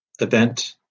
event